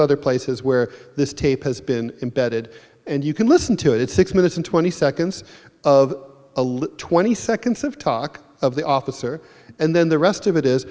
other places where this tape has been embedded and you can listen to it it's six minutes and twenty seconds of a look twenty seconds of talk of the officer and then the rest of it is